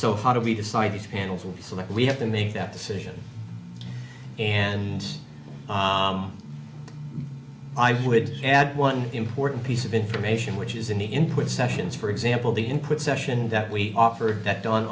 so how do we decide these panels so that we have to make that decision and i would add one important piece of information which is in the input sessions for example the input session that we offer that don